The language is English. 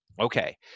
okay